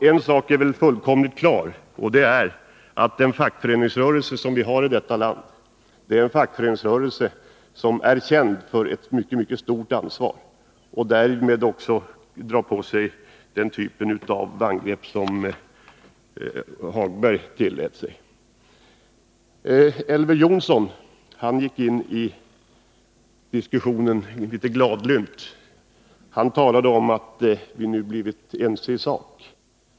En sak är väl fullständigt klar, nämligen att fackföreningsrörelsen i detta land är känd för att ta ett mycket stort ansvar. Därför är de angrepp på den som Lars-Ove Hagberg tillät sig att framföra inte befogade. Elver Jonsson gick litet gladlynt in i diskussionen och talade om att vi nu blivit ense i sak.